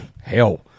hell